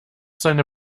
seine